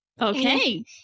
Okay